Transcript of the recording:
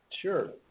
Sure